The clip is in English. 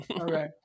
Okay